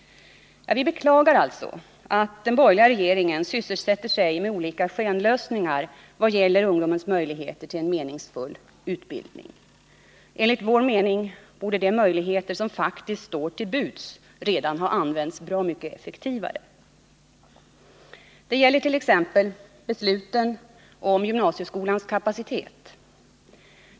Vi beklagar att den borgerliga regeringen sysselsätter sig med olika skenlösningar vad gäller ungdomens möjligheter till en meningsfull utbildning. Enligt vår mening borde de möjligheter som faktiskt står till buds redan ha använts bra mycket effektivare. Det gäller t.ex. besluten om gymnasieskolans kapacitet.